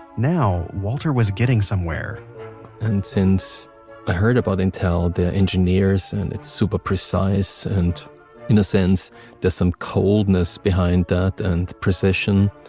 now walter was getting somewhere and since i heard about intel, the engineers and it's super precise, and in a sense there's some coldness behind that and precision,